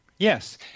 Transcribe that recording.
Yes